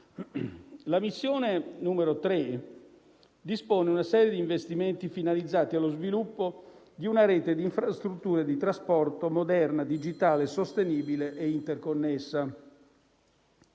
La missione 3 dispone una serie di investimenti finalizzati allo sviluppo di una rete di infrastrutture di trasporto moderna, digitale, sostenibile e interconnessa.